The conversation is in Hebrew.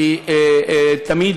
שתמיד